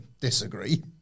Disagree